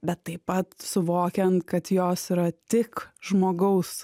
bet taip pat suvokiant kad jos yra tik žmogaus